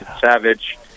Savage